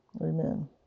amen